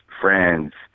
friends